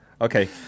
Okay